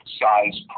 size